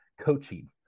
coaching